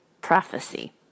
prophecy